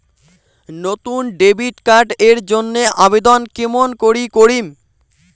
নতুন debit card এর জন্যে আবেদন কেমন করি করিম?